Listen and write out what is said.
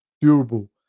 durable